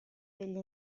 degli